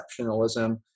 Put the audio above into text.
exceptionalism